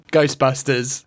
Ghostbusters